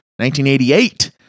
1988